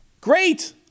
Great